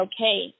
okay